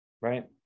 right